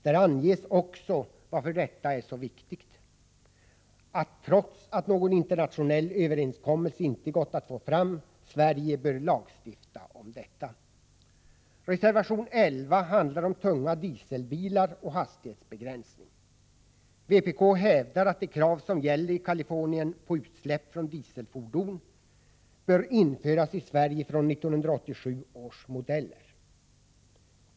Där anges också varför detta är så viktigt att Sverige, trots att någon internationell överenskommelse inte gått att få fram, bör lagstifta om detta. Reservation 11 handlar om tunga dieselbilar och hastighetsbegränsning. Vpk hävdar att de krav som gäller i Kalifornien på utsläpp från dieselfordon bör införas i Sverige fr.o.m. 1987 års modeller.